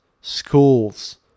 Schools